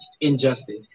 injustice